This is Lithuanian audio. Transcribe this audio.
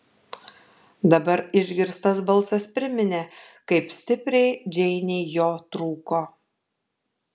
dabar išgirstas balsas priminė kaip stipriai džeinei jo trūko